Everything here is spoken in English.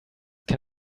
can